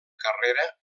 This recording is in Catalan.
carrera